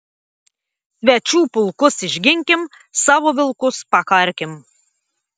svečių pulkus išginkim savo vilkus pakarkim